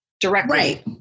directly